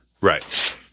right